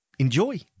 Enjoy